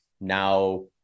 now